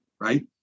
right